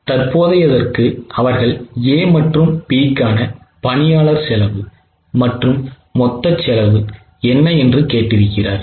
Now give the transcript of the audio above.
தற்போதையதற்கு அவர்கள் A மற்றும் B க்கான பணியாளர் செலவு மற்றும் மொத்த செலவு என்ன என்று கேட்டிருக்கிறார்கள்